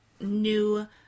new